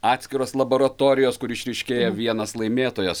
atskiros laboratorijos kur išryškėja vienas laimėtojas